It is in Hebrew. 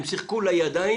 הם שיחקו לידיים